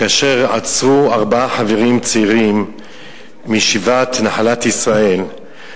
כאשר עצרו ארבעה חברים צעירים מישיבת "נחלת ישראל"